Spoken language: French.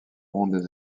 rondes